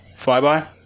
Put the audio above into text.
Flyby